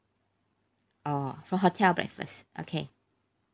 oh for hotel breakfast okay